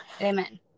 Amen